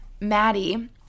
Maddie